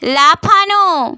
লাফানো